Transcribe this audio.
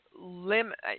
limit